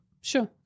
Sure